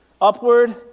Upward